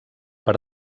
per